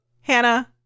hannah